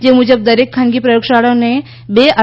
જે મુજબ દરેક ખાનગી પ્રયોગશાળાઓને બે આર